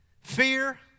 fear